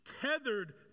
tethered